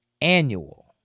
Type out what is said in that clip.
annual